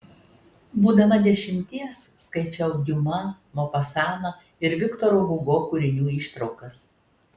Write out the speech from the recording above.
būdama dešimties skaičiau diuma mopasaną ir viktoro hugo kūrinių ištraukas